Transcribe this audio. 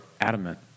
adamant